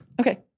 Okay